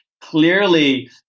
Clearly